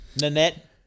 Nanette